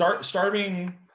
starving